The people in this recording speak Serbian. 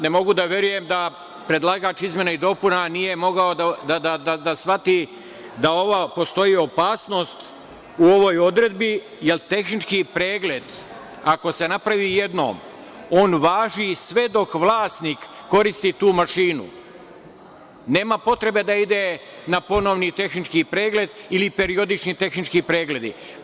Ne mogu da verujem da predlagač izmena i dopuna nije mogao da shvati da postoji opasnost u ovoj odredbi, jer tehnički pregled, ako se napravi jednom, on važi sve dok vlasnik koristi tu mašinu, nema potrebe da ide na ponovni tehnički pregled ili periodični tehnički pregledi.